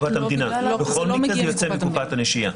בכל מקרה זה יוצא מקופת הנשייה.